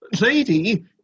Lady